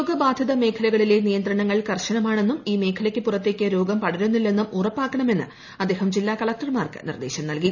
രോഗബാധിത മേഖലകളിൽ നിയന്ത്രണങ്ങൾ കർശനമാണെന്നും ഈ മേഖലക്ക് പുറത്തേക്ക് രോഗം പടരുന്നില്ലെന്നും ഉറപ്പാക്കണമെന്ന് അദ്ദേഹം ജില്ലാ കളക്ടർമാർക്ക് നിർദ്ദേശം നൽകി